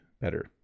better